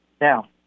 now